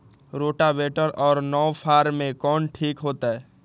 Rotavator और नौ फ़ार में कौन ठीक होतै?